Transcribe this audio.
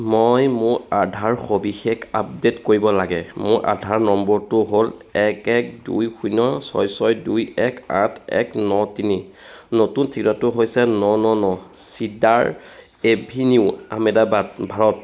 মই মোৰ আধাৰ সবিশেষ আপডে'ট কৰিব লাগে মোৰ আধাৰ নম্বৰটো হ'ল এক এক দুই শূন্য ছয় ছয় দুই এক আঠ এক ন তিনি নতুন ঠিৰাটো হৈছে ন ন ন চিডাৰ এভিনিউ আহমেদাবাদ ভাৰত